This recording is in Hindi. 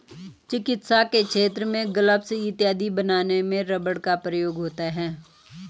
चिकित्सा के क्षेत्र में ग्लब्स इत्यादि बनाने में रबर का प्रयोग होता है